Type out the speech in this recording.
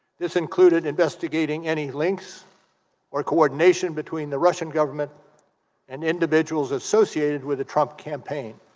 this included investigating any links or coordination between the russian government and individuals associated with the truck campaign